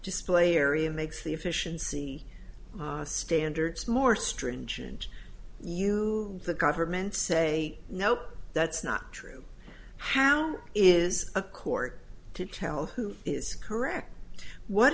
display area makes the efficiency standards more stringent you the government say no that's not true how is a court to tell who is correct what